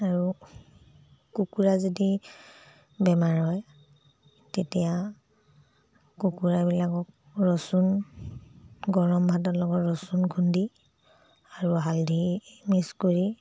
আৰু কুকুৰা যদি বেমাৰ হয় তেতিয়া কুকুৰাবিলাকক ৰচুন গৰম ভাতৰ লগত ৰচুন খুন্দি আৰু হালধি মিক্স কৰি